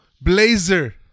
Blazer